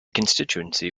constituency